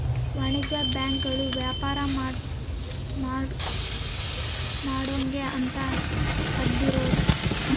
ವಾಣಿಜ್ಯ ಬ್ಯಾಂಕ್ ಗಳು ವ್ಯಾಪಾರ ಮಾಡೊರ್ಗೆ ಅಂತ ತೆಗ್ದಿರೋದು